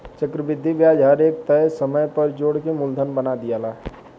चक्रविधि ब्याज हर एक तय समय पर जोड़ के मूलधन बना दियाला